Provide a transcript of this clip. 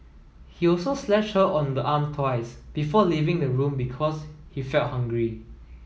he also slashed her on the arm twice before leaving the room because he felt hungry